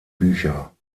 bücher